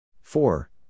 Four